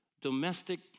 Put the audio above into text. Domestic